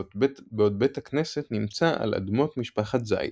בעוד בית הכנסת נמצא על אדמות משפחת זייד.